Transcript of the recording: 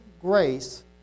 grace